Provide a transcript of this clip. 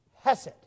hesed